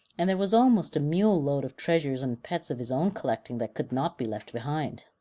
and there was almost a mule load of treasures and pets of his own collecting that could not be left behind.